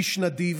איש נדיב,